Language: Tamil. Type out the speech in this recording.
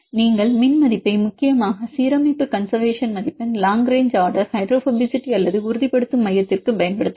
நீங்கள் மின் மதிப்பை முக்கியமாக சீரமைப்பு கன்செர்வேசன் மதிப்பெண் லாங் ரேங்ச் ஆர்டர் ஹைட்ரோபோபசிட்டி அல்லது உறுதிப்படுத்தும் மையத்திற்கு பயன்படுத்தலாம்